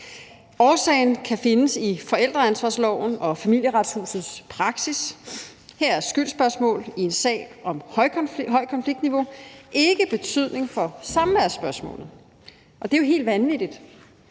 Årsagen kan findes i forældreansvarsloven og Familieretshusets praksis. Her har skyldsspørgsmålet i en sag med et højt konfliktniveau ikke betydning for samværsspørgsmålet, og det er jo helt vanvittigt,